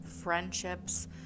friendships